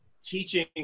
teaching